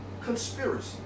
conspiracy